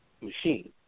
machine